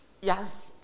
Yes